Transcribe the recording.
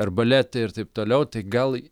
arbaletai ir taip toliau tai gal